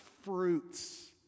fruits